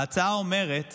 ההצעה אומרת